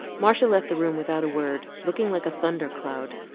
marcia left the room without a word, looking like a thunder cloud.